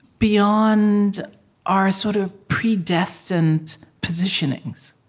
beyond our sort of predestined positionings